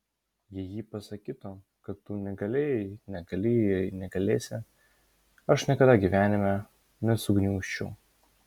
jei ji pasakytų kad tu negalėjai negali negalėsi aš niekada gyvenime nesugniužčiau